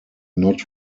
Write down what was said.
not